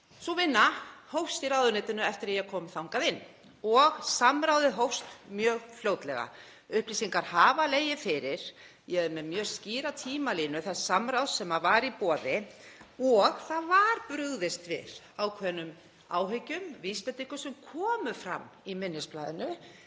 Sú vinna hófst í ráðuneytinu eftir að ég kom þangað inn og samráðið hófst mjög fljótlega. Upplýsingar hafa legið fyrir. Ég er með mjög skýra tímalínu þess samráðs sem var í boði og það var brugðist við ákveðnum áhyggjum, vísbendingum, sem komu fram í minnisblaðinu.